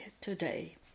today